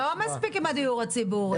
לא מספיק טובה עם הדיור הציבורי,